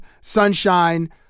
Sunshine